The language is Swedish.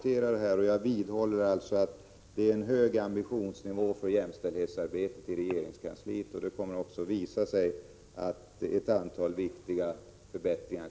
Jag vidhåller att vi har en hög ambitionsnivå i jämställdhetsarbetet på regeringskansliet. Det kommer också att visa sig att det blir ett antal viktiga förbättringar.